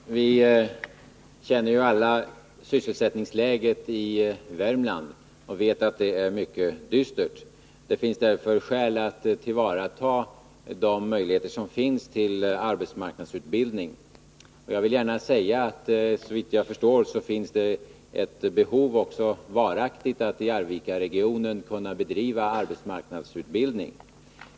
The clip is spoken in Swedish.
Herr talman! Vi känner ju alla till sysselsättningsläget i Värmland och vet att det är mycket dystert. Det finns därför skäl att tillvarata de möjligheter till arbetsmarknadsutbildning som finns. Jag vill gärna säga att såvitt jag förstår finns också ett behov att varaktigt i Arvikaregionen kunna bedriva arbetsmarknadsutbildning.